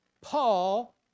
Paul